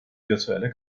virtuelle